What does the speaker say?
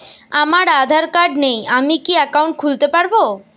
আমার আধার কার্ড নেই আমি কি একাউন্ট খুলতে পারব?